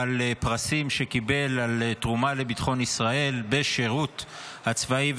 בעל פרסים שקיבל על תרומה לביטחון ישראל בשירות הצבאי,